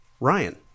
Ryan